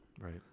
right